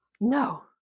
No